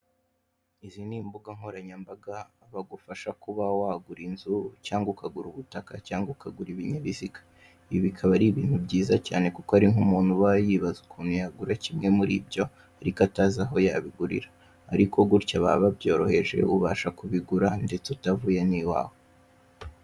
Izi ni imbuga nkoranyambaga, bagufasha kuba wagura inzu, cyangwa ukagura ubutaka cyangwa ukagura ibinyabiziga, ibi bikaba ari ibintu byiza cyane kuko hari nk'umuntu uba yibaza ukuntu yagura kimwe muri ibyo ariko atazi aho yabigurira, ariko gutya baba ba byoroheje ubasha kubigura ndetse utavuye n'iwawe.